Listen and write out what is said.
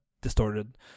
distorted